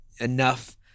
enough